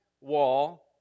wall